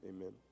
amen